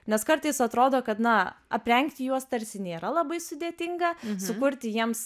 nes kartais atrodo kad na aprengti juos tarsi nėra labai sudėtinga sukurti jiems